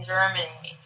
Germany